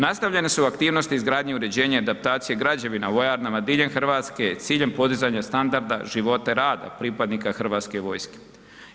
Nastavljene su aktivnosti izgradnje uređenja, adaptacije građevina u vojarnama diljem Hrvatske s ciljem podizanja standarda života rada pripadnika HV-a.